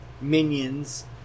minions